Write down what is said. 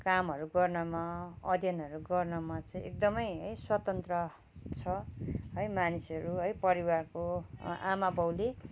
कामहरू गर्नमा अध्ययनहरू गर्नमा चाहिँ एकदमै है स्वतन्त्र छ है मानिसहरू है परिवारको आमा बाउले